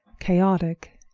chaotic,